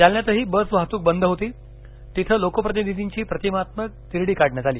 जालन्यातही bus वाहतूक बंद होती तिथे लोकप्रतिनिधींची प्रतिकात्मक तिरडी काढण्यात आली